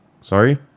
Sorry